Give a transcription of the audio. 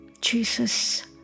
Jesus